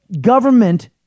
government